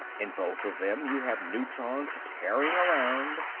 in both of them you have neutrons tearing around,